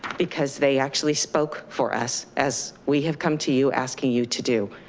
because they actually spoke for us as we have come to you asking you to do.